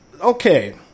Okay